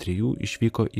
trijų išvyko į